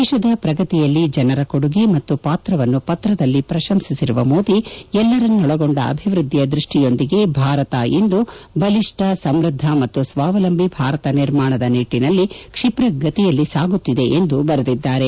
ದೇಶದ ಪ್ರಗತಿಯಲ್ಲಿ ಜನರ ಕೊಡುಗೆ ಮತ್ತು ಪಾತ್ರವನ್ನು ಪತ್ರದಲ್ಲಿ ಪ್ರಶಂಸಿಸಿರುವ ಮೋದಿ ಎಲ್ಲರನ್ನೊಳಗೊಂಡ ಅಭಿವೃದ್ದಿಯ ದೃಷ್ಟಿಯೊಂದಿಗೆ ಭಾರತ ಇಂದು ಬಲಿಷ್ಣ ಸಮ್ಬದ್ದ ಮತ್ತು ಸ್ವಾವಲಂಬಿ ಭಾರತ ನಿರ್ಮಾಣದ ನಿಟ್ಸಿನಲ್ಲಿ ಕ್ಷಿಪ್ರಗತಿಯಲ್ಲಿ ಸಾಗುತ್ತಿದೆ ಎಂದು ಬರೆದಿದ್ದಾರೆ